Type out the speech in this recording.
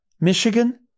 Michigan